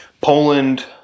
Poland